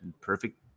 perfect